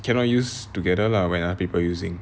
cannot use together lah when other people using